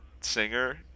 singer